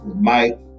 Mike